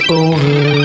over